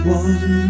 one